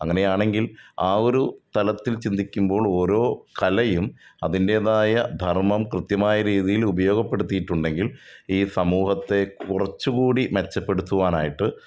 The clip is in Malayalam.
അങ്ങനെയാണെങ്കിൽ ആ ഒരു തലത്തിൽ ചിന്തിക്കുമ്പോൾ ഓരോ കലയും അതിൻ്റെതായ ധർമ്മം കൃത്യമായ രീതിയിൽ ഉപയോഗപ്പെടുത്തിയിട്ടുണ്ടെങ്കിൽ ഈ സമൂഹത്തെ കുറച്ചുകൂടി മെച്ചപ്പെടുത്തുവാനായിട്ട്